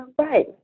right